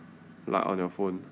like on your phone